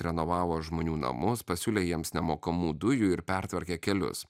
renovavo žmonių namus pasiūlė jiems nemokamų dujų ir pertvarkė kelius